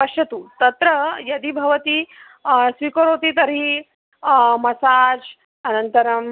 पश्यतु तत्र यदि भवती स्वीकरोति तर्हि मसाज् अनन्तरं